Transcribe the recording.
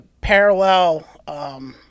parallel